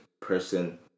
person